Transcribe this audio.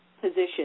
position